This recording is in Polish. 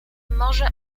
może